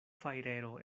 fajrero